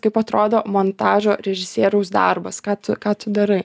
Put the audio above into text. kaip atrodo montažo režisieriaus darbas ką ką tu darai